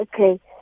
Okay